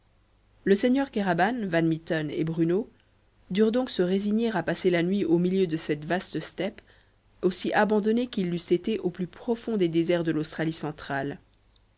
le seigneur kéraban van mitten et bruno durent donc se résigner à passer la nuit au milieu de cette vaste steppe aussi abandonnés qu'ils l'eussent été au plus profond des déserts de l'australie centrale